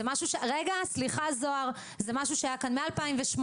זה משהו שהיה כאן מ-2008.